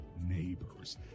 Neighbors